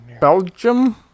Belgium